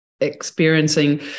experiencing